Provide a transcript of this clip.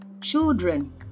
children